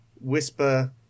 whisper